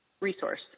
resource